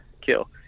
kill